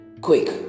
Quick